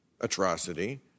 atrocity